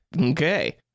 Okay